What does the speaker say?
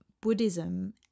Buddhism